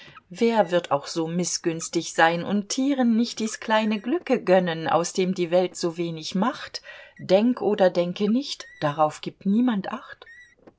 wer wird auch so mißgünstig sein und tieren nicht dies kleine glücke gönnen aus dem die welt so wenig macht denk oder denke nicht darauf gibt niemand acht